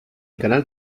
canal